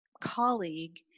colleague